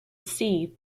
see